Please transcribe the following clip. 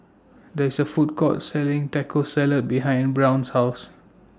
There IS A Food Court Selling Taco Salad behind Brown's House